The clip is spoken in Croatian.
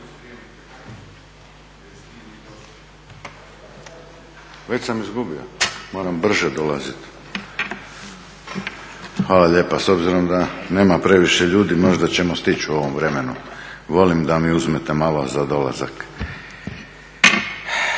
**Mlakar, Davorin (HDZ)** Hvala lijepa. S obzirom da nema previše ljudi, možda ćemo stići u ovom vremenu. Volim da mi uzmete malo za dolazak.